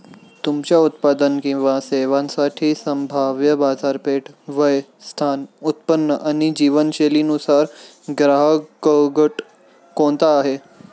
तुमच्या उत्पादन किंवा सेवांसाठी संभाव्य बाजारपेठ, वय, स्थान, उत्पन्न आणि जीवनशैलीनुसार ग्राहकगट कोणता आहे?